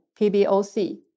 PBOC